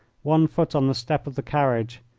one foot on the step of the carriage.